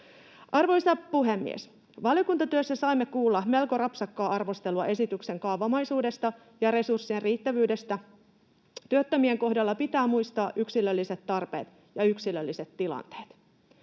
Arvoisa puhemies! Valiokuntatyössä saimme kuulla melko rapsakkaa arvostelua esityksen kaavamaisuudesta ja resurssien riittävyydestä. Työttömien kohdalla pitää muistaa yksilölliset tarpeet ja yksilölliset tilanteet.